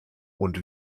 und